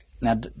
Now